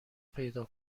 پیدا